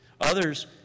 Others